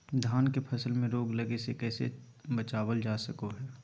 धान के फसल में रोग लगे से कैसे बचाबल जा सको हय?